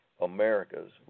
America's